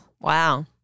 Wow